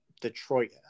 Detroit